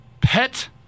pet